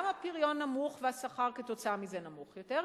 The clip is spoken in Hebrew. גם הפריון נמוך והשכר כתוצאה מזה נמוך יותר,